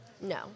No